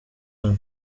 hano